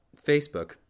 Facebook